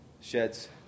sheds